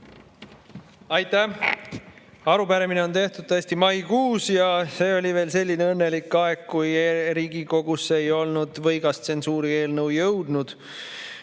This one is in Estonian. Aitäh! Arupärimine on tõesti esitatud maikuus, kui oli veel selline õnnelik aeg, kui Riigikokku ei olnud võigas tsensuurieelnõu jõudnud,